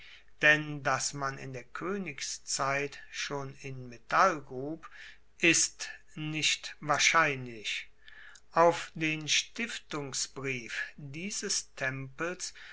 denn dass man in der koenigszeit schon in metall grub ist nicht wahrscheinlich auf den stiftungsbrief dieses tempels